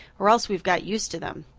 or else we've got used to them.